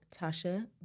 tasha